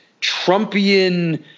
Trumpian